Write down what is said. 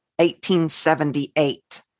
1878